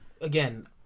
again